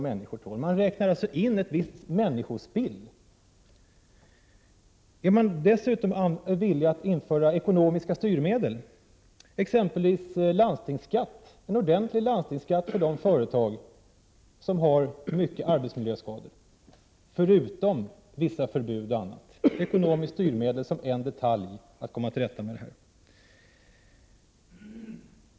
Man räknar alltså med ett visst människospill. Är socialdemokraterna dessutom villiga att införa, förutom vissa förbud och annat, ekonomiska styrmedel, exempelvis en ordentlig landstingsskatt på de företag som orsakar stora arbetsmiljöskador? Ekonomiska styrmedel är en detalj för att komma till rätta med problemen.